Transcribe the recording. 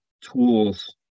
tools